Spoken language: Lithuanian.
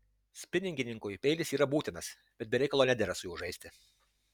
spiningininkui peilis yra būtinas bet be reikalo nedera su juo žaisti